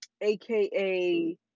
aka